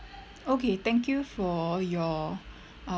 okay thank you for your